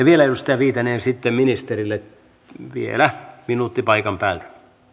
vielä edustaja viitanen ja sitten ministerille vielä minuutti paikan päältä